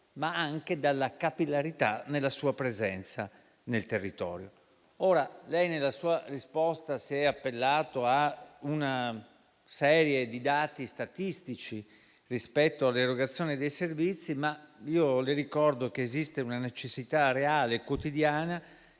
la sua capillarità sul territorio. Ora lei, nella sua risposta, si è appellato a una serie di dati statistici rispetto all'erogazione dei servizi, ma le ricordo che esiste una necessità reale quotidiana